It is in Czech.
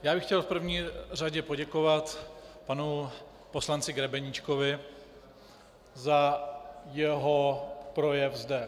Já bych chtěl v první řadě poděkovat panu poslanci Grebeníčkovi za jeho projev zde.